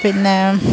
പിന്നെ